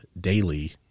daily